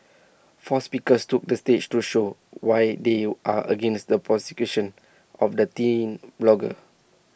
four speakers took the stage to show why they are against the persecution of the teen blogger